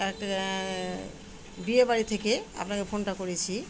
একটা বিয়েবাড়ি থেকে আপনাকে ফোনটা করেছি